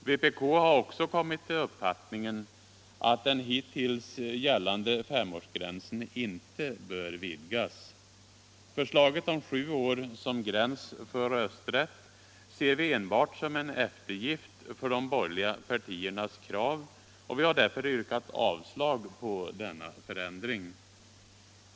Också vpk har kommit fram till uppfattningen att den hittills gällande femårsgränsen inte bör vidgas. Förslaget om sju år som gräns för rösträtt ser vi enbart som en eftergift för de borgerliga partiernas krav, och vi har därför yrkat avslag på denna förändring.